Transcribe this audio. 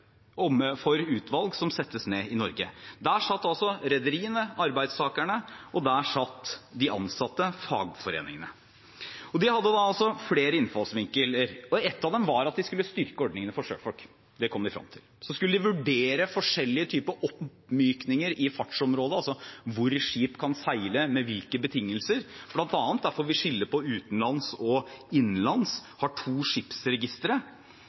utvalg som settes ned i Norge. Der satt rederiene og arbeidstakerne, der satt de ansatte og fagforeningene. De hadde flere innfallsvinkler. En av dem var at de skulle styrke ordningene for sjøfolk. Det kom de frem til. Så skulle de vurdere forskjellige typer oppmykning i fartsområdet, altså hvor skip kan seile, og under hvilke betingelser. Det er bl.a. derfor vi skiller mellom to skipsregistre – ett utenlands og